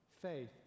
Faith